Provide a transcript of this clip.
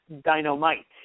dynamite